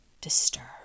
disturb